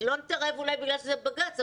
לא נתערב אולי בגלל שזה בג"צ,